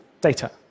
data